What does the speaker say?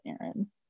Aaron